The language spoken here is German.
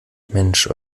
mensch